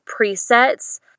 presets